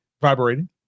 vibrating